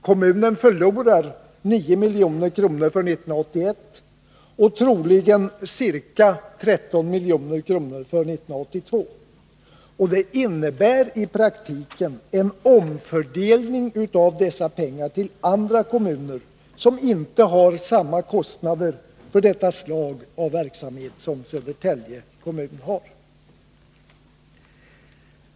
Kommunen förlorar 9 milj.kr. för år 1981 och troligen ca 13 milj. för 1982. Det innebär i praktiken en omfördelning av dessa pengar till andra kommuner, som inte har samma kostnader för detta slag av verksamhet som Södertälje kommun har.